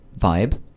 vibe